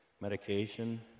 Medication